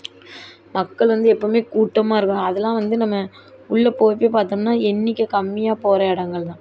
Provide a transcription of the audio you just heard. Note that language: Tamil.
மக்கள் வந்து எப்போதுமே கூட்டமாக இருக்கும் அதலாம் வந்து நம்ம உள்ளே போய் போய் பார்த்தோம்னா எண்ணிக்கை கம்மியாக போகிற இடங்கள் தான்